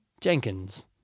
Jenkins